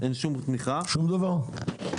שום דבר?